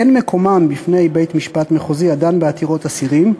אין מקומם בפני בית-משפט מחוזי הדן בעתירות אסירים,